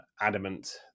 adamant